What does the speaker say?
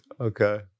Okay